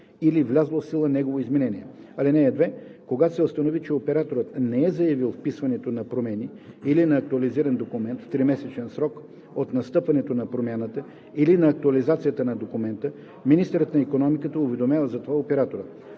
или влязло в сила негово изменение. (2) Когато се установи, че операторът не е заявил вписването на промени или на актуализиран документ в тримесечен срок от настъпване на промяната или на актуализацията на документа, министърът на икономиката уведомява за това оператора.